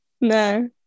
No